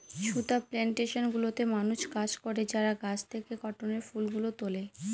সুতা প্লানটেশন গুলোতে মানুষ কাজ করে যারা গাছ থেকে কটনের ফুল গুলো তুলে